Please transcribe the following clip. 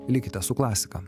likite su klasika